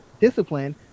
discipline